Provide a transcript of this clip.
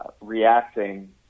reacting